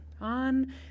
on